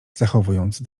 zachowując